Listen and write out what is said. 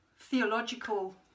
theological